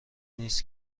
نیست